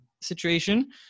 situation